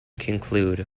conclude